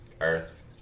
Earth